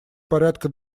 порядка